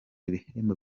ibihembo